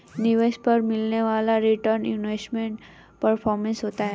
निवेश पर मिलने वाला रीटर्न इन्वेस्टमेंट परफॉरमेंस होता है